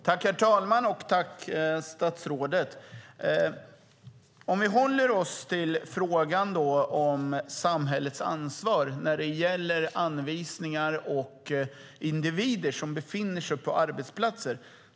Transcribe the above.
Herr talman! Jag tackar statsrådet. Vi håller oss till frågan om samhällets ansvar när det gäller anvisningar och individer som befinner sig på arbetsplatser.